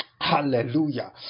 Hallelujah